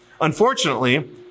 Unfortunately